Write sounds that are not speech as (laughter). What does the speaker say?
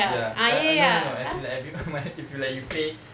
ya uh I mean no as in like every month (laughs) if you like you pay